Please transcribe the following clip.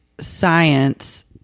science